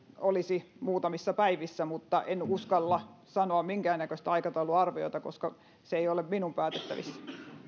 olisi muutamissa päivissä mutta en uskalla sanoa minkäännäköistä aikatauluarviota koska se ei ole minun päätettävissäni